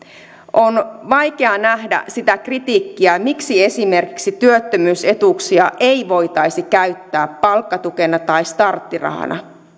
on vaikea nähdä sitä kritiikkiä miksi esimerkiksi työttömyysetuuksia ei voitaisi käyttää palkkatukena tai starttirahana